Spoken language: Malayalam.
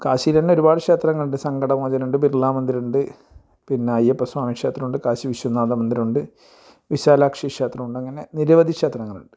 കാശീലന്നെ ഒരുപാട് ക്ഷേത്രങ്ങളുണ്ട് സങ്കടമോചനമുണ്ട് ബിർള മന്ദിറുണ്ട് പിന്നെ അയ്യപ്പ സ്വാമി ക്ഷേത്രമുണ്ട് കാശി വിശ്വനാഥ മന്ദിരവുണ്ട് വിശാലാക്ഷി ക്ഷേത്രമുണ്ട് അങ്ങനെ നിരവധി ക്ഷേത്രങ്ങളുണ്ട്